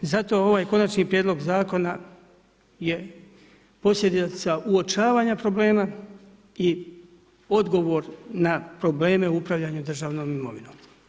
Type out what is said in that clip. I zato ovaj konačni prijedlog zakona, je posljedica uočavanja problema i odgovor na probleme na upravljanje državnom imovinom.